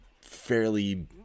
fairly